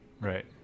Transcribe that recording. Right